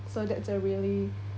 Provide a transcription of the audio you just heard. so that's uh really